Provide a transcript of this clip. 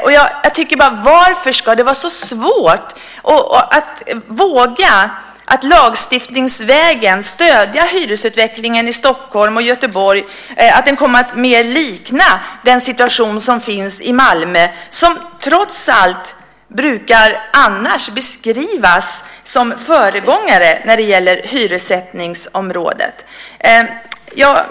Jag undrar bara varför det ska vara så svårt att lagstiftningsvägen våga stödja hyresutvecklingen i Stockholm och Göteborg så att den mer kommer att likna den situation som råder i Malmö, som trots allt annars brukar beskrivas som föregångare när det gäller hyressättningsområdet.